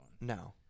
No